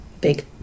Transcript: big